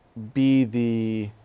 be the.